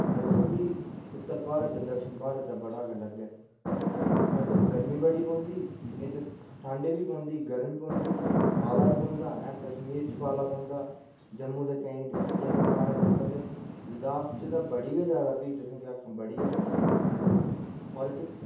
ते मौसम बी उत्तर भारत ते दक्षिण भारत दा अलग ऐ ऐं उत्त गर्मी बड़ी पौंदी इत्त ठंड बी पौंदी गर्मी बी पौंदी पाला बी पौंदा ऐं कश्मीर च पाला बी पौंदा जम्मू दी केईं डिस्ट्रिक्ट च बी पाला पौंदा लद्दाख च ते बी केह् आक्खां तुसेंगी उत्थें बड़ी गै ठंड होंदी पॉलीटिक्स